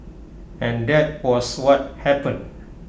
and that was what happened